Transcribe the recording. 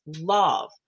love